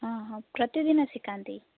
ହଁ ହଁ ପ୍ରତିଦିନ ଶିଖାନ୍ତି